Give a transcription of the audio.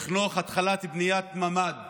לחנוך התחלת בניית ממ"ד